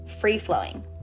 free-flowing